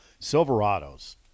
Silverados